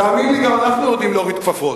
תאמין לי, גם אנחנו יודעים להוריד כפפות,